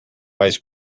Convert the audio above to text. ice